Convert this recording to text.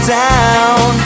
down